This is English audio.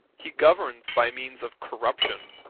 he governs by means of corruption,